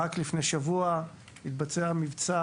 רק לפני שבוע התבצע מבצע,